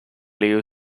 liu